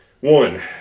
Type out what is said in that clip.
One